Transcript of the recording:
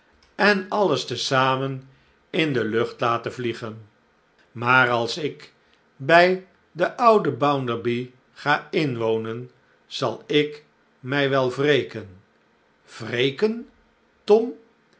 en alles te zamen in de lucht laten vliegen maar als ik bij den ouden bounderby ga inwonen zal ik mij wel wreken wreken